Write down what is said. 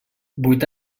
vuit